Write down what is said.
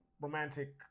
romantic